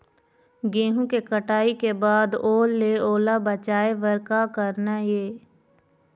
गेहूं के कटाई के बाद ओल ले ओला बचाए बर का करना ये?